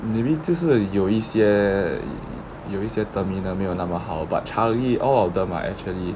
maybe 就是有一些有一些 terminal 没有那么 how but changi all of them are actually